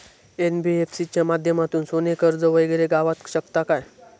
NBFC च्या माध्यमातून सोने कर्ज वगैरे गावात शकता काय?